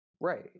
Right